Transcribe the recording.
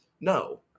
No